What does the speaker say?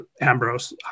Ambrose